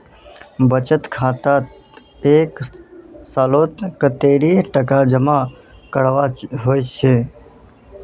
बचत खातात एक सालोत कतेरी टका जमा करवा होचए?